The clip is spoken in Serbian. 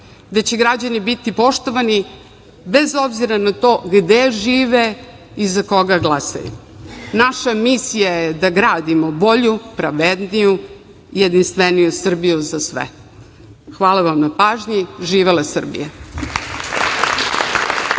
gde će građani biti poštovani bez obzira na to gde žive i za koga glasaju. Naša misija je da gradimo bolju, pravedniju, jedinstveniju Srbiju za sve. Hvala vam na pažnji. Živela Srbija.